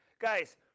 Guys